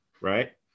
right